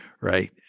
right